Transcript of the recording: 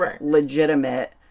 legitimate